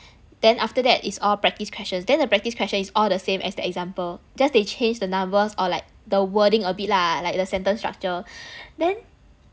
then after that is all practice questions then the practice question is all the same as the example just they changed the numbers or like the wording a bit lah like the sentence structure then